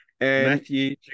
Matthew